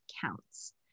counts